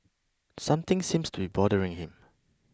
something seems to be bothering him